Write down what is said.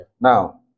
Now